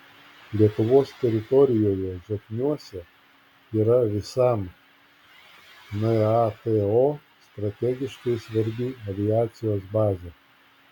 lietuvos teritorijoje zokniuose yra visam nato strategiškai svarbi aviacijos bazė